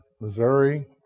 Missouri